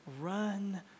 run